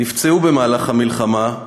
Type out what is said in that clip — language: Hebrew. נפצעו במהלך המלחמה,